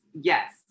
yes